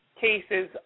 cases